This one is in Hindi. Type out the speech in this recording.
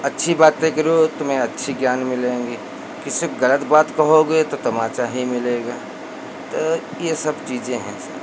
अच्छी बातें करो तुम्हें अच्छी ज्ञान मिलेंगी किसी को गलत बात कहोगे तो तमाचा ही मिलेगा तो यह सब चीज़ें हैं सर